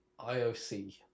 IOC